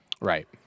right